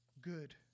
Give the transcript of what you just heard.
good